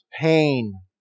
pain